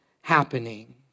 happening